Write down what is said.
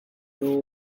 door